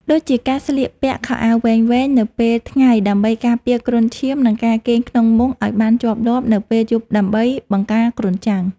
ដូចជាការស្លៀកពាក់ខោអាវវែងៗនៅពេលថ្ងៃដើម្បីការពារគ្រុនឈាម និងការគេងក្នុងមុងឱ្យបានជាប់លាប់នៅពេលយប់ដើម្បីបង្ការគ្រុនចាញ់។